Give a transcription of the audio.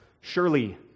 surely